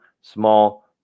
small